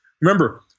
Remember